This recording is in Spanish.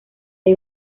hay